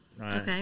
Okay